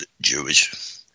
Jewish